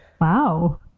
Wow